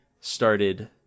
started